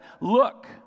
look